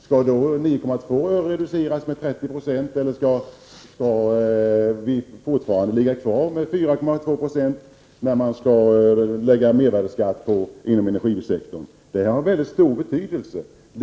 Skall 9,2 öre reduceras med 30 96, eller skall nivån fortfarande vara 4,2 öre vid mervärdesbeskattning inom energisektorn? Detta kommer att få mycket stor betydelse.